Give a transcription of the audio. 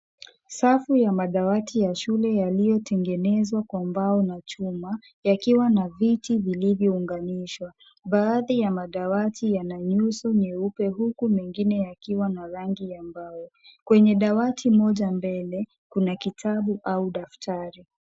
Safu ya madawati ya shule yaliyotengenezwa kwa mbao na chuma, yakiwa na viti vilivyounganishwa. Baadhi ya madawati yana nyuso nyeupe, huku mengine yakiwa na rangi ya mbao. Kwenye dawati moja mbele, kuna kitabu au daftari.